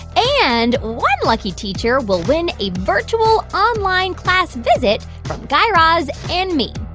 and one lucky teacher will win a virtual online class visit from guy raz and me.